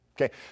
Okay